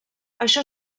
això